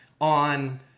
on